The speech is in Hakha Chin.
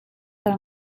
ter